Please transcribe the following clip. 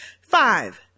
Five